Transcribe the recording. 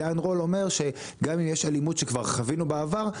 עידן רול אומר שגם אם יש אלימות שכבר חווינו בעבר,